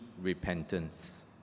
repentance